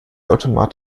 automat